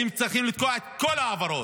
היינו צריכים לתקוע את כל ההעברות,